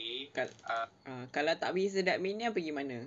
kalau tak pergi sadap mania pergi mana